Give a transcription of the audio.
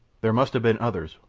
there must have been others,